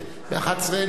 ב-23:00,